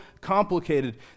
complicated